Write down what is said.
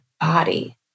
body